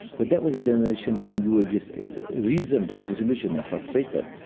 but that was a generation when you were just reason to be disillusioned and frustrated.